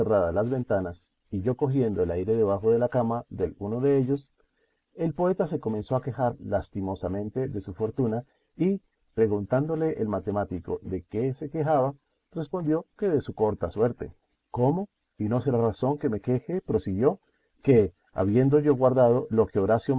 las ventanas y yo cogiendo el aire debajo de la cama del uno dellos el poeta se comenzó a quejar lastimosamente de su fortuna y preguntándole el matemático de qué se quejaba respondió que de su corta suerte cómo y no será razón que me queje prosiguió que habiendo yo guardado lo que horacio